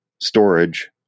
storage